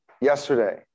yesterday